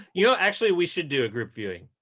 you actually, we should do a group viewing.